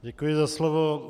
Děkuji za slovo.